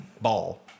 ball